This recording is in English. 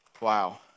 Wow